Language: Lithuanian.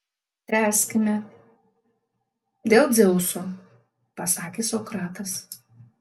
tęskime dėl dzeuso pasakė sokratas